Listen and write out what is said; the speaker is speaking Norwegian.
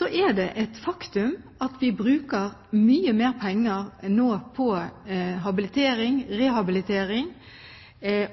er et faktum at vi bruker mye mer penger på habilitering, rehabilitering